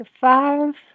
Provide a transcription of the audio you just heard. five